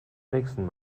nächsen